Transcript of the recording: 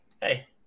Hey